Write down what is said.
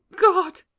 God